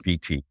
PT